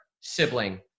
sibling